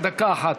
דקה אחת.